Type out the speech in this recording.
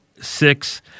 Six